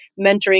mentoring